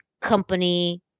company